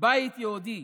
בית יהודי